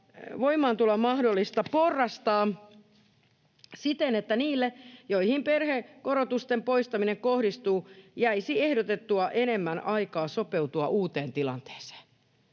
voimaantuloa mahdollista porrastaa siten, että niille, joihin perhekorotusten poistaminen kohdistuu, jäisi ehdotettua enemmän aikaa sopeutua uuteen tilanteeseen.”